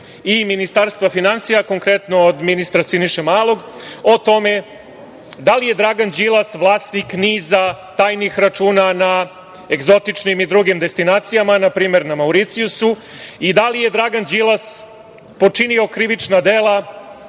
i Ministarstva finansija, konkretno od ministra Siniše Malog, o tome da li je Dragan Đilas vlasnik niza tajnih računa na egzotičnim i drugim destinacijama, npr. na Mauricijusu i da li je Dragan Đilas počinio krivična dela